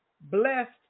blessed